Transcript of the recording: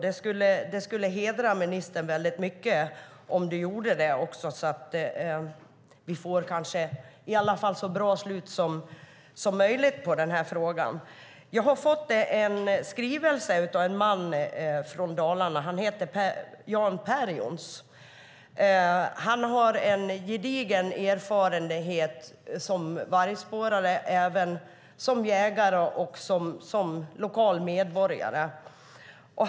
Det skulle hedra ministern väldigt mycket om hon gjorde det, så att vi kanske får ett så bra slut som möjligt på den här frågan. Jag har fått en skrivelse från en man från Dalarna som heter Jan Perjons. Denne har en gedigen erfarenhet som vargspårare, jägare och lokal medborgare.